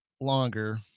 longer